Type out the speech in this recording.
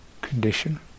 condition